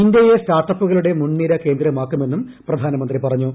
ഇന്ത്യയെ സ്റ്റാർട്ടപ്പുകളുടെ മുൻനിര കേന്ദ്രമാക്കുമെന്നും പ്രധാനമന്ത്രി പറഞ്ഞു